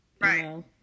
Right